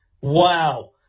Wow